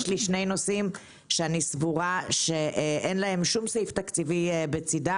יש שני נושאים, שאין להם שום סעיף תקציבי בצידם.